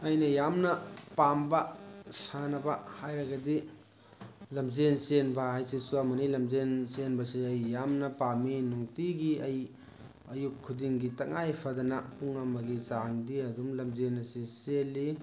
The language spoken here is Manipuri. ꯑꯩꯅ ꯌꯥꯝꯅ ꯄꯥꯝꯕ ꯁꯥꯟꯅꯕ ꯍꯥꯏꯔꯒꯗꯤ ꯂꯝꯖꯦꯟ ꯆꯦꯟꯕ ꯍꯥꯏꯁꯤꯁꯨ ꯑꯃꯅꯤ ꯂꯝꯖꯦꯟ ꯆꯦꯟꯕꯁꯦ ꯑꯩ ꯌꯥꯝꯅ ꯄꯥꯝꯃꯤ ꯅꯨꯡꯇꯤꯒꯤ ꯑꯩ ꯑꯌꯨꯛ ꯈꯨꯗꯤꯡꯒꯤ ꯇꯉꯥꯏ ꯐꯗꯅ ꯄꯨꯡ ꯑꯃꯒꯤ ꯆꯥꯡꯗꯤ ꯑꯗꯨꯝ ꯂꯝꯖꯦꯟ ꯑꯁꯤ ꯆꯦꯜꯂꯤ